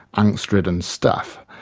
angst-ridden stuff.